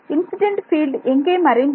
incident field எங்கே மறைந்தது